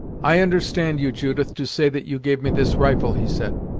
i understand you, judith, to say that you gave me this rifle, he said.